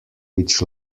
which